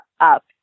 up